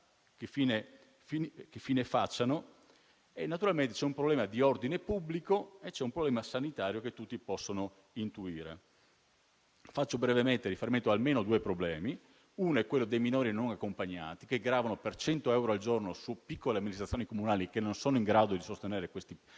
che fine facciano e naturalmente ci sono problemi di ordine pubblico e sanitari che tutti possono intuire. Faccio brevemente riferimento ad almeno due problemi: uno è quello dei minori non accompagnati, che gravano per 100 euro al giorno su piccole amministrazioni comunali, che non sono in grado di sostenere questi pesi